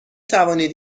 توانید